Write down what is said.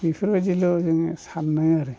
बेफोरबायदिल' जोङो साननाय आरो